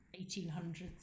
1800s